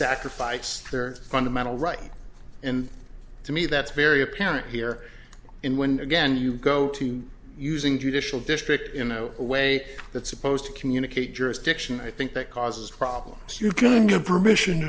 sacrifice their fundamental right and to me that's very apparent here in when again you go to using judicial district in no way that supposed to communicate jurisdiction i think that causes problems you can give permission